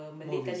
movies